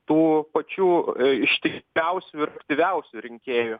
tų pačių ištikimiausių ir aktyviausių rinkėjų